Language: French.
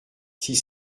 six